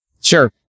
Sure